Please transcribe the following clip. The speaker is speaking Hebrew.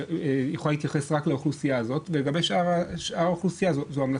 יכולה להתייחס רק לאוכלוסייה הזאת ולגבי שאר האוכלוסייה זו המלצה.